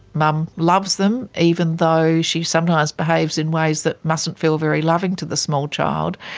mum, loves them, even though she sometimes behaves in ways that mustn't feel very loving to the small child,